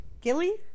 Gilly